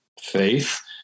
faith